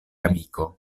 amiko